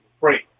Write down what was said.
great